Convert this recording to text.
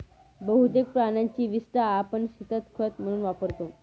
बहुतेक प्राण्यांची विस्टा आपण शेतात खत म्हणून वापरतो